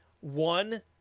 one